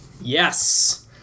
Yes